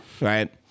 right